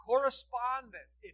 Correspondence